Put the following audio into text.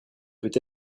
peut